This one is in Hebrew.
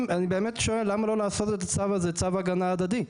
למה אני לא לעשות את הצו הזה צו הגנה הדדי?